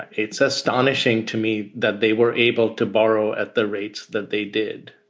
it's astonishing to me that they were able to borrow at the rate that they did.